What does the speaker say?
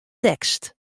tekst